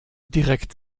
direkt